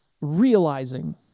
realizing